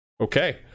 Okay